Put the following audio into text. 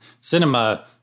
Cinema